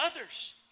others